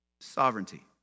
Sovereignty